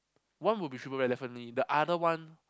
one will be triple rare definitely but other one